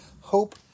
hope